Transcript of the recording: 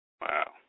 Wow